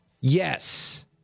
Yes